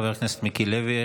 חבר הכנסת מיקי לוי.